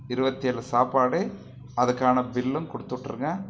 இருபத்தி ஏழு சாப்பாடு அதுக்கான பில்லும் கொடுத்துட்ருங்க